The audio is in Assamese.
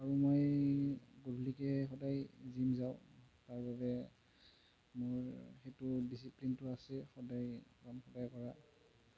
আৰু মই গধুলিকৈ সদায় জিম যাওঁ তাৰ বাবে মোৰ সেইটো ডিচিপ্লিনটো আছে সদায়ৰ কাম সদায় কৰা